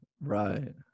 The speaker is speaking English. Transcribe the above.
right